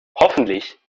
hoffentlich